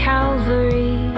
Calvary